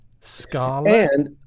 Scarlet